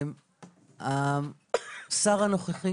השר הנוכחי